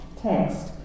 text